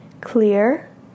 Clear